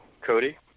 Cody